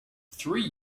three